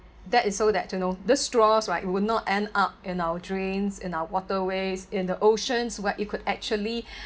that is so that you know this straws right would not end up in our drains in our waterways in the oceans where it could actually